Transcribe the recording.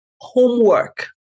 homework